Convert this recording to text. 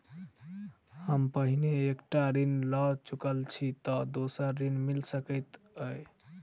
हम पहिने एक टा ऋण लअ चुकल छी तऽ दोसर ऋण मिल सकैत अई?